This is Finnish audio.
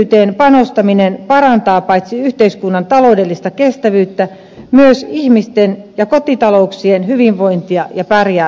työllisyyteen panostaminen parantaa paitsi yhteiskunnan taloudellista kestävyyttä myös ihmisten ja kotitalouksien hyvinvointia ja pärjäämistä